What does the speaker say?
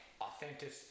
authentic